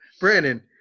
Brandon